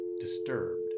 disturbed